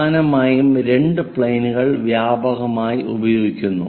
പ്രധാനമായും രണ്ട് പ്ലെയിനുകൾ വ്യാപകമായി ഉപയോഗിക്കുന്നു